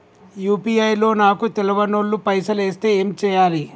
UPI లో నాకు తెల్వనోళ్లు పైసల్ ఎస్తే ఏం చేయాలి?